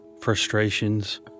frustrations